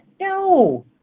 No